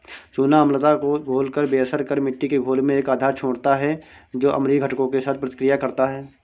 चूना अम्लता को घोलकर बेअसर कर मिट्टी के घोल में एक आधार छोड़ता है जो अम्लीय घटकों के साथ प्रतिक्रिया करता है